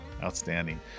outstanding